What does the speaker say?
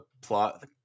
plot